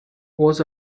was